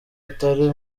atari